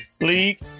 league